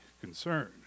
concern